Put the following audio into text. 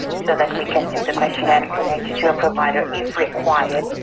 so that we can do the questionnaire and connect you to a provider if required.